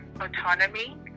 autonomy